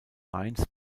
mainz